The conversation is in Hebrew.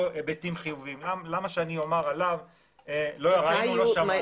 היבטים חיוביים אז כך הדבר.